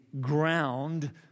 ground